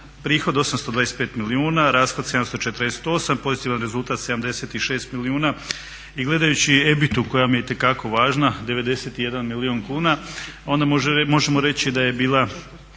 prihod 825 milijuna, rashod 748, pozitivan rezultat 76 milijuna i gledajući EBITA-u koja mi je itekako važna, 91 milijun kuna, ona možemo reći da je bila